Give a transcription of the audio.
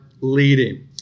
leading